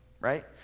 right